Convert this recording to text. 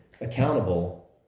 accountable